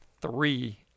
three